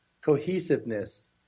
cohesiveness